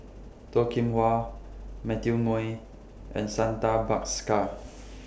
Toh Kim Hwa Matthew Ngui and Santha Bhaskar